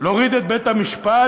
להוריד את בית-המשפט,